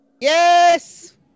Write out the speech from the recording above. Yes